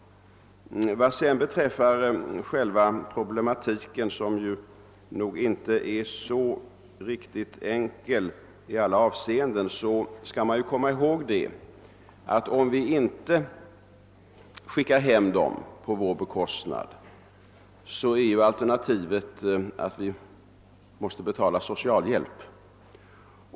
Vad sedan själva problematiken be träffar — som inte är särskilt enkel i alla avseenden — skall vi komma ihåg att om vi inte skickar hem dessa människor på vår bekostnad, så blir alternativet att vi måste betala ut socialhjälp.